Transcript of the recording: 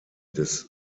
des